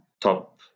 top